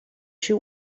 she